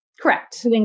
Correct